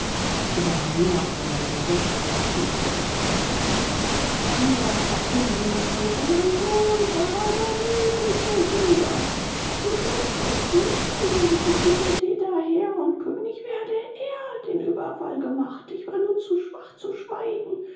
über hamia und seine räte wurde kriegsgericht gehalten hamia kroch hündisch und heulte mein sohn wahadamib ist der sünder du willst mich töten damit der übeltäter herr und könig werde er hat den überfall gemacht ich war nur zu schwach zu schweigen